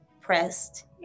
pressed